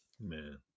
man